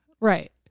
Right